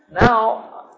Now